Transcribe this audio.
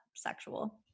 Sexual